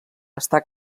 està